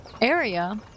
area